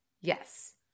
Yes